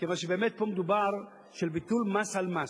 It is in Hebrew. כיוון שבאמת, פה מדובר בביטול מס על מס.